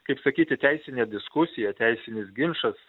kaip sakyti teisinė diskusija teisinis ginčas